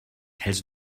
hältst